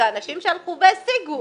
זה אנשים שהלכו והשיגו.